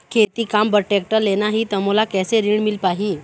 खेती काम बर टेक्टर लेना ही त मोला कैसे ऋण मिल पाही?